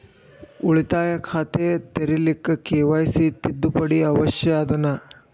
ಉಳಿತಾಯ ಖಾತೆ ತೆರಿಲಿಕ್ಕೆ ಕೆ.ವೈ.ಸಿ ತಿದ್ದುಪಡಿ ಅವಶ್ಯ ಅದನಾ?